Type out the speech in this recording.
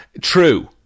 True